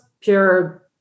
pure